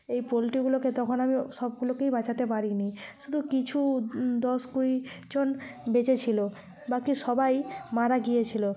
এই পোল্ট্রিগুলোকে তখন আমি সবগুলোকেই বাঁচাতে পারি নি শুধু কিছু দশ কুড়ি জন বেঁচে ছিলো বাকি সবাই মারা গিয়েছিলো